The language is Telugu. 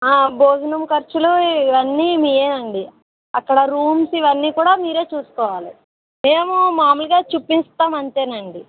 ఆ భోజనం ఖర్చులు ఇవి అన్నీ మీవే అండి అక్కడ రూమ్స్ ఇవి అన్నీ కూడా మీరే చూసుకోవాలి మేము మామూలుగా చూపిస్తాము అంతే అండి